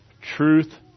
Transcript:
truth